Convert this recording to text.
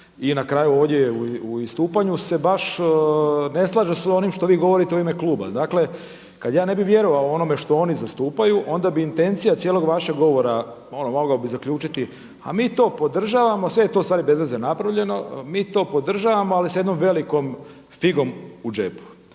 i na kraju ovdje u istupanju se baš ne slaže sa onim što vi govorite u ime kluba. Dakle, kada ja ne bi vjerovao onome što oni zastupaju, onda bi intencija cijelog vašeg govora, ono mogao bih zaključiti a mi to podržavamo, sve je to ustvari bez veze napravljeno, mi to podržavamo ali sa jednom velikom figom u džepu.